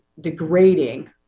degrading